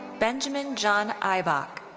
benjamin john ibach.